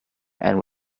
and